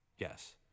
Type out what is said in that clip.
Yes